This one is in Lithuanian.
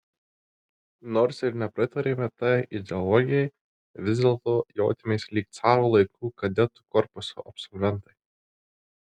nors ir nepritarėme tai ideologijai vis dėlto jautėmės lyg caro laikų kadetų korpuso absolventai